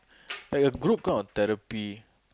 like a group kind of therapy